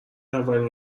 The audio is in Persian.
اولین